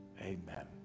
amen